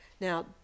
Now